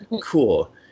cool